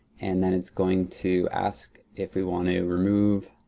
and then it's going to ask if we want to remove